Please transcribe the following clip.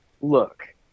look